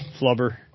Flubber